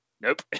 Nope